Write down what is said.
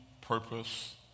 purpose